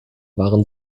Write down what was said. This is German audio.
waren